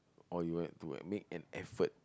or you have to like make an effort